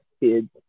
kids